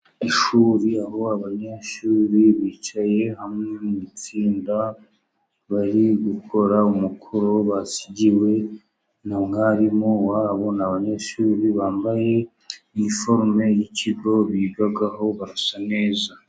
Ishuri aho abanyeshuri bicaye hamwe mu itsinda, bari gukora umukoro basigiwe na mwarimu wabo, ni abanyeshuri bambaye iniforume y'ikigo bigaho, barasa neza.